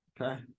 Okay